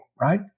right